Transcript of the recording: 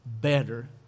better